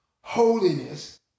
holiness